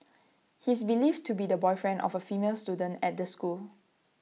he is believed to be the boyfriend of A female student at the school